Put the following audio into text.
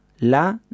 la